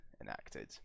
enacted